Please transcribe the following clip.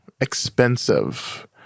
expensive